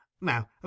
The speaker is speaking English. Now